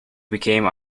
became